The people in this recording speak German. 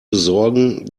besorgen